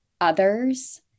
others